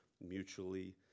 Mutually